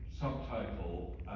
subtitle